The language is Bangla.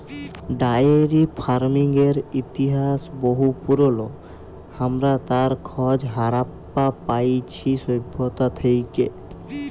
ডায়েরি ফার্মিংয়ের ইতিহাস বহু পুরল, হামরা তার খজ হারাপ্পা পাইছি সভ্যতা থেক্যে